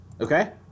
Okay